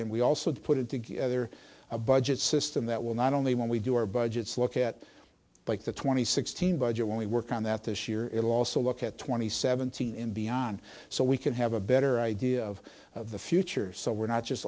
and we also put together a budget system that will not only when we do our budgets look at like the twenty sixteen budget when we work on that this year it'll also look at twenty seventeen and beyond so we can have a better idea of the future so we're not just